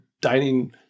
dining